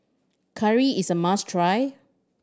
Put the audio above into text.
curry is a must try